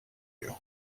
you